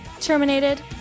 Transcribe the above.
terminated